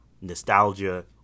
nostalgia